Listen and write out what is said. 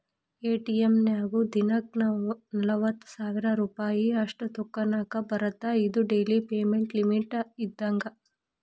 ATM ನ್ಯಾಗು ದಿನಕ್ಕ ನಲವತ್ತ ಸಾವಿರ್ ರೂಪಾಯಿ ಅಷ್ಟ ತೋಕೋನಾಕಾ ಬರತ್ತಾ ಇದು ಡೆಲಿ ಪೇಮೆಂಟ್ ಲಿಮಿಟ್ ಇದ್ದಂಗ